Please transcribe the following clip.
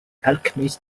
alchemist